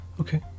Okay